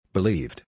Believed